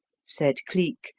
said cleek,